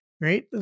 right